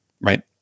Right